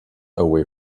away